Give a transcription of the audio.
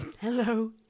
Hello